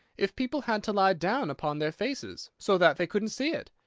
if people had to lie down upon their faces, so that they couldn't see it?